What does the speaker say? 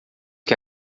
que